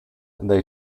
they